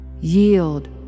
Yield